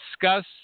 discuss